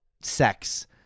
sex